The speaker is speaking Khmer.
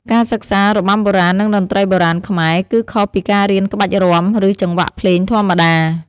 ការសិក្សា របាំបុរាណ និង តន្ត្រីបុរាណខ្មែរ គឺខុសពីការរៀនក្បាច់រាំ ឬចង្វាក់ភ្លេងធម្មតា។